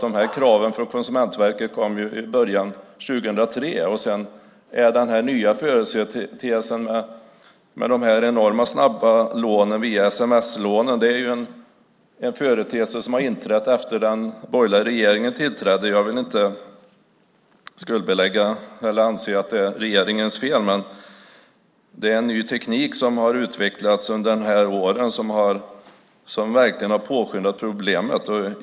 De här kraven från Konsumentverket kom i början av 2003, och den nya företeelsen med de enormt snabba sms-lånen har inträtt efter att den borgerliga regeringen tillträdde. Jag vill inte skuldbelägga regeringen, men det är en ny teknik som har utvecklats under de här åren som verkligen har påskyndat problemet.